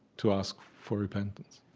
to ask for repentance.